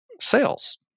sales